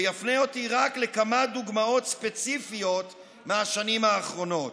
שיפנה אותי רק לכמה דוגמאות ספציפיות מהשנים האחרונות.